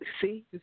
See